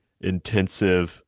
intensive